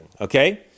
okay